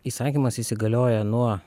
įsakymas įsigalioja nuo